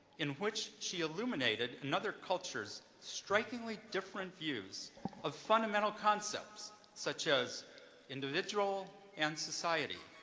in which she illuminated another culture's strikingly different views of fundamental concepts such as individual and society,